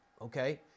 Okay